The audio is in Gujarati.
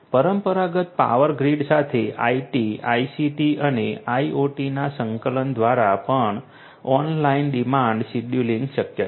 પરંપરાગત પાવર ગ્રીડ સાથે IT ICT અને IoTના સંકલન દ્વારા પણ ઓનલાઈન ડિમાન્ડ શેડ્યુલિંગ શક્ય છે